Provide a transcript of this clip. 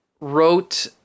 wrote